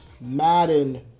Madden